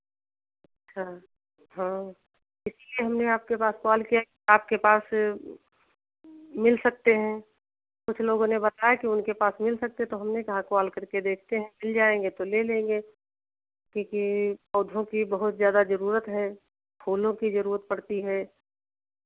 अच्छा हाँ इसलिए हमने आपके पास कॉल किया कि आपके पास मिल सकते हैं कुछ लोगों ने बताया कि उनके पास मिल सकते हैं तो हमने कहा कॉल कर के देखते हैं मिल जाएंगे तो ले लेंगे क्योंकि पौधों की बहुत ज़्यादा ज़रूरत है फूलों की ज़रूरत पड़ती है